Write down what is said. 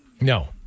No